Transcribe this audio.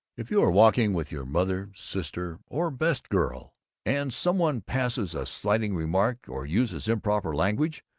if you are walking with your mother, sister or best girl and some one passes a slighting remark or uses improper language,